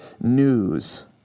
news